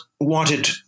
wanted